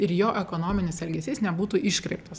ir jo ekonominis elgesys nebūtų iškreiptas